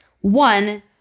one –